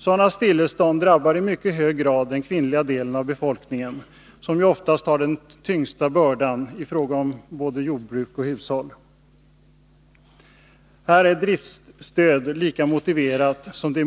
Sådana stillestånd drabbar i mycket hög grad den kvinnliga delen av befolkningen, som oftast har den tyngsta bördan i fråga om både jordbruk och hushåll. Driftstöd till dessa vattenprojekt är lika motiverat som det är